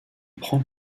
prend